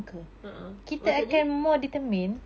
a'ah maksudnya